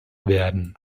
werden